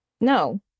No